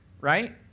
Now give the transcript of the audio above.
right